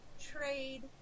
trade